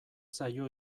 zaio